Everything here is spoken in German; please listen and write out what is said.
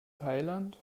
thailand